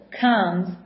comes